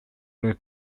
were